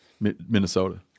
Minnesota